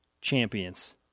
champions